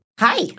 Hi